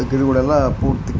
ಗಿಡ್ಗಳೆಲ್ಲ ಪೂರ್ತಿ